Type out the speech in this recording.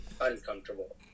uncomfortable